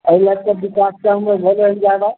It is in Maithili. एहि लय के विकास काम मे भेलै हन जादा